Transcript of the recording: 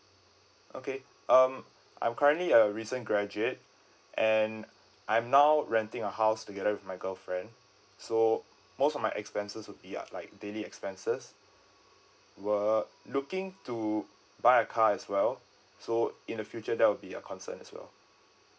okay um I'm currently a recent graduate and I'm now renting a house together with my girlfriend so most of my expenses will be uh like daily expenses we're looking to buy a car as well so in the future that will be a concern as well